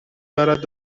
برد